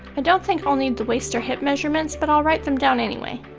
and don't think i'll need the waist or hip measurements, but i'll write them down anyway.